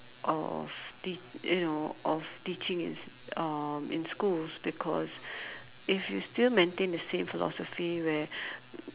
of tea~ you know of teaching in uh in schools because if you still maintain the same philosophy where